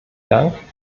dank